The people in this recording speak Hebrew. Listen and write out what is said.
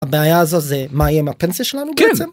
הבעיה הזו זה מה יהיה עם הפנסיה שלנו בעצם? כן.